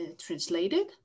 translated